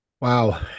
Wow